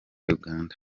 uganda